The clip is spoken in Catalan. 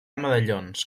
medallons